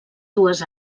dues